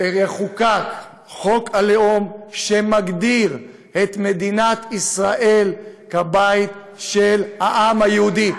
חוקק חוק הלאום שמגדיר את מדינת ישראל כבית של העם היהודי.